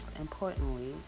importantly